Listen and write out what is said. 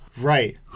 Right